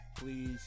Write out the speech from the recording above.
Please